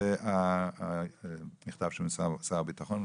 זה המכתב של שר הביטחון,